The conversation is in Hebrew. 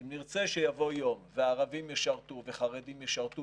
אם נרצה שיבוא יום וערבים ישרתו וחרדים ישרתו